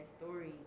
stories